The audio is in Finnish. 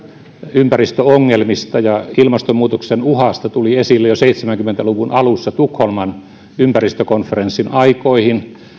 ympäristöongelmista ja ilmastonmuutoksen uhasta tuli esille jo seitsemänkymmentä luvun alussa tukholman ympäristökonferenssin aikoihin